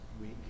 week